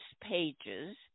pages